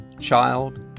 child